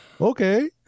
okay